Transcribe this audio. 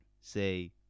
say